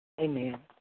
Amen